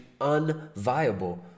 unviable